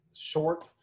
short